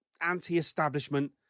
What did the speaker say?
anti-establishment